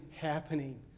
happening